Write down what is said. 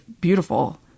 beautiful